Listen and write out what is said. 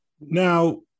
Now